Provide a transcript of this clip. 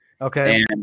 Okay